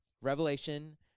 Revelation